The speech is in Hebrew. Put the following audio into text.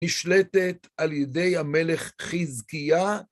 נשלטת על ידי המלך חזקיה.